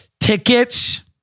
tickets